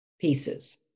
pieces